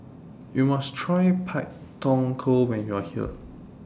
YOU must Try Pak Thong Ko when YOU Are here